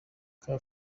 car